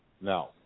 now